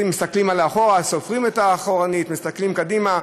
מסתכלים לאחור, סופרים אחורנית, מסתכלים קדימה.